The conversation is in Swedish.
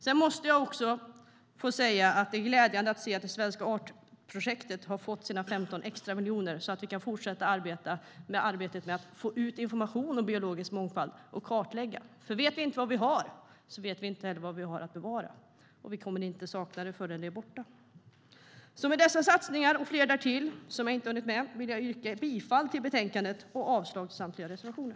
Sedan måste jag också få säga att det är glädjande att se att det svenska artprojektet har fått sina 15 extra miljoner så att vi kan fortsätta arbetet med att få ut information om biologisk mångfald och kartlägga den. Vet vi inte vad vi har vet vi nämligen inte heller vad vi har att bevara, och vi kommer inte att sakna det förrän det är borta. Med redogörelsen för dessa satsningar, och fler därtill som jag inte har hunnit med, vill jag yrka bifall till förslaget i betänkandet och avslag på samtliga reservationer.